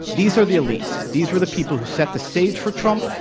these are the elites. these were the people who set the stage for trump.